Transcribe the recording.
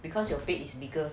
because your bed is bigger